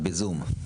היא בזום.